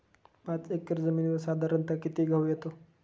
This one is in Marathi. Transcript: पाच एकर जमिनीवर साधारणत: किती गहू येतो?